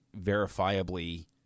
verifiably